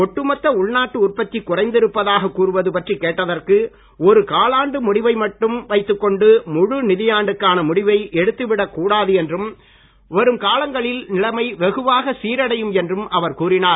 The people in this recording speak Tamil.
ஒட்டு மொத்த உள்நாட்டு உற்பத்தி குறைந்திருப்பதாக கூறுவது பற்றி கேட்டதற்கு ஒரு காலாண்டு முடிவை மட்டும் வைத்துக் கொண்டு முழு நிதியாண்டுக்கான முடிவை எடுத்து விடக்கூடாது என்றும் வரும் காலங்களில் நிலைமை வெகுவாக சீரடையும் என்றும் அவர் கூறினார்